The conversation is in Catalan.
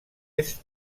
est